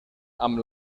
amb